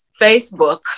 facebook